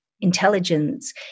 intelligence